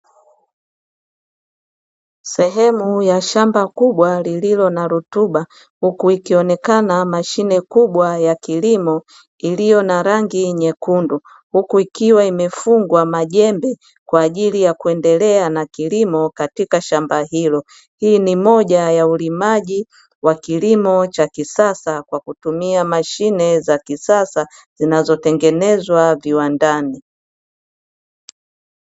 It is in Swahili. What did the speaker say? Sehemu ya shamba kubwa lililo na rutuba, huku ikionekana mashine kubwa ya kilimo iliyo na rangi nyekundu. Huku ikiwa imefungwa majembe kwa ajili ya kuendelea na kilimo katika shamba hilo, hii ni moja ya ulimaji wa kilimo cha kisasa kwa kutumia mashine za kisasa zinazo tengenezwa viwandani.